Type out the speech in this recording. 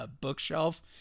Bookshelf